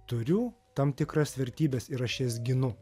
turiu tam tikras vertybes ir aš jas ginu